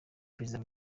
perezida